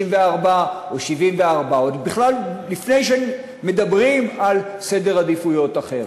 או 74. עוד בכלל לפני שמדברים על סדר עדיפויות אחר.